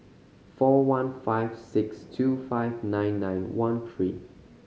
four one five six two five nine nine one three